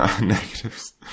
negatives